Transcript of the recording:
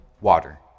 water